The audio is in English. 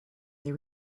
they